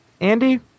Andy